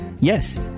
Yes